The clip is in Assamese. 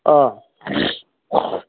অঁ